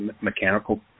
mechanical